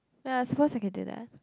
yea I suppose to get it lah